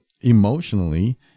emotionally